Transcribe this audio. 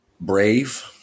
brave